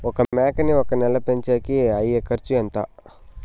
ఒక మేకని ఒక నెల పెంచేకి అయ్యే ఖర్చు ఎంత?